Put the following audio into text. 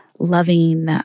loving